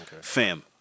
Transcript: fam